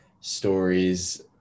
stories